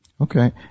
Okay